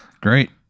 Great